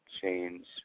change